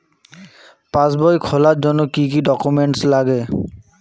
পাসবই খোলার জন্য কি কি ডকুমেন্টস লাগে?